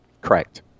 Correct